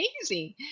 amazing